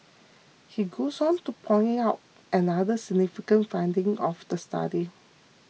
he goes on to point out another significant finding of the study